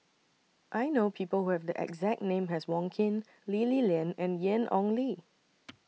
I know People Who Have The exact name as Wong Keen Lee Li Lian and Ian Ong Li